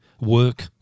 work